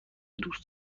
دوست